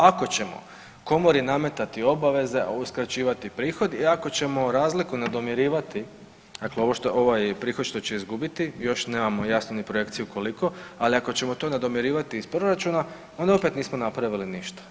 Ako ćemo komori nametati obaveze, a uskraćivati prihod, i ako ćemo razliku nadomirivati, dakle ovo, ovaj prihod što će izgubiti, još nemamo jasnu ni projekciju koliko, ali ako ćemo to nadomirivati iz proračuna, onda opet nismo napravili ništa.